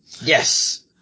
Yes